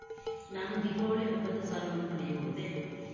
ನಾನು ದೀಪಾವಳಿ ಹಬ್ಬದ ಸಾಲವನ್ನು ಪಡೆಯಬಹುದೇ?